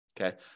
Okay